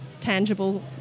tangible